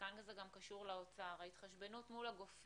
וכאן זה גם קשור לאוצר: ההתחשבנות מול הגופים